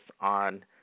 on